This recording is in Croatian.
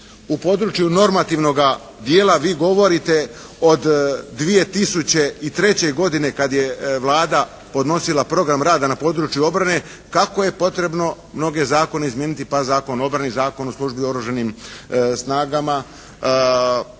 U području normativnoga dijela vi govorite od 2003. godine kad je Vlada podnosila program rada na području obrane, tako je potrebno mnoge zakone izmijeniti pa Zakon o obrani, Zakon o službi u oružanim snagama,